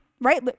right